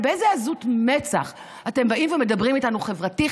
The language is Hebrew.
באיזו עזות מצח אתם באים ומדברים איתנו "חברתי,